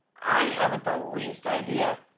i haven't the least idea,